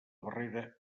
barrera